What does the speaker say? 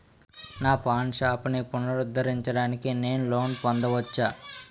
నా పాన్ షాప్ని పునరుద్ధరించడానికి నేను లోన్ పొందవచ్చా?